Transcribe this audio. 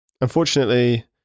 Unfortunately